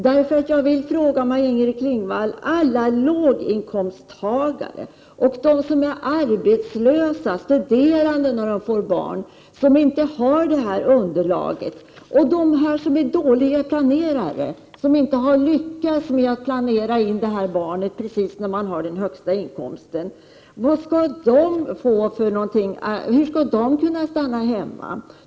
Därför vill jag ställa en fråga till Maj-Inger Klingvall: Hur skall alla låginkomsttagare, arbetslösa, studerande som får barn och inte har hela underlaget eller de som är dåliga planerare och inte har lyckats med att planera barnet precis då man har den högsta inkomsten kunna stanna hemma?